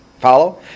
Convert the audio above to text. Follow